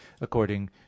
according